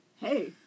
Hey